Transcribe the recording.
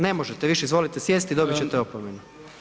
Ne možete više izvolite sjesti, dobit ćete opomenu.